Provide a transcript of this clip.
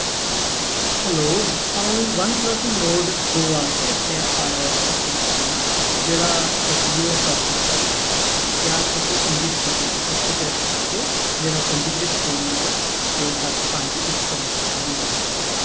hello अ'ऊं OnePlus Nord दो आस्तै अपने आर्डर दिक्खा ना जेह्ड़ा अजियो पर कीता गेआ हा क्या तुस इं'दी स्थिति दी पुश्टि करी सकदे ओ मेरा पंजीकृत फोन नंबर छे सत्त पंज इक कन्नै खतम होंदा ऐ